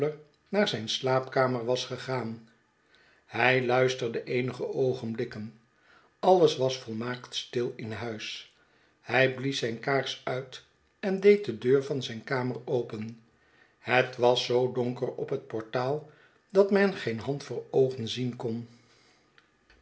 naar zijn slaapkamer was gegaan hij luisterde eenige oogenblikken alles was volmaakt stilin huis hij blies zijn kaars uit en deed de deur van zijn kamer open het was zoo donker op het portaal dat men geen hand voor oogen zien kon